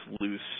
loose